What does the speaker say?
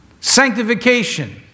sanctification